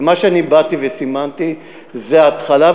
ומה שאני באתי וסימנתי זה ההתחלה,